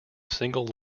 single